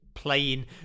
playing